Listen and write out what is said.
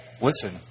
listen